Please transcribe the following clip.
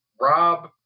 Rob